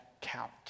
count